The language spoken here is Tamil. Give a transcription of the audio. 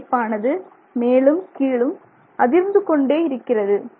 இந்த அமைப்பானது மேலும் கீழும் அதிர்ந்து கொண்டே இருக்கிறது